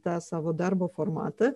tą savo darbo formatą